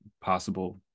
possible